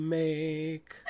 make